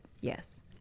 Yes